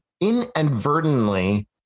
inadvertently